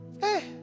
Hey